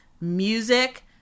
music